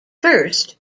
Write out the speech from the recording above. first